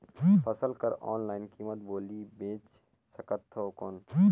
फसल कर ऑनलाइन कीमत बोली बेच सकथव कौन?